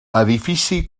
edifici